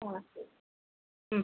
ആ ശരി ഹ്മ്